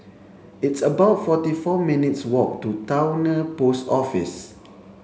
it's about forty four minutes walk to Towner Post Office